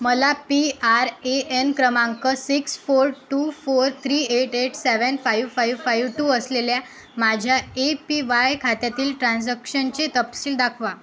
मला P R A N क्रमांक six four two four three eight eight seven five five five two असलेल्या माझ्या A P Y खात्यातील ट्रांजक्शनचे तपशील दाखवा